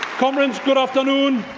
conference, good afternoon.